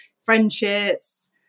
friendships